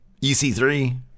EC3